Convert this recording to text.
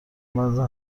وضع